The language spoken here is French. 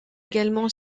également